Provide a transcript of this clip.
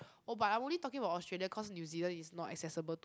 oh but I'm only talking about Australia cause New Zealand is not accessible to